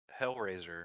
Hellraiser